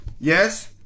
yes